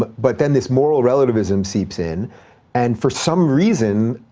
but but then this moral relativism seeps in and for some reason,